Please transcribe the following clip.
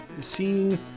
seeing